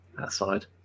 outside